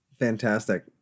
Fantastic